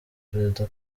perezida